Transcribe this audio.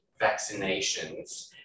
vaccinations